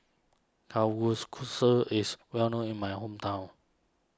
is well known in my hometown